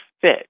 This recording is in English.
fit